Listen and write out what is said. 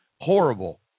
horrible